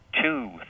two